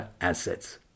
assets